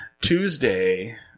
Tuesday